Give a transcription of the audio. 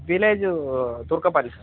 village Turakapalli sir